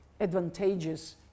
advantageous